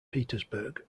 petersburg